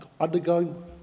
undergoing